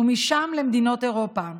ומשם למדינות אירופה.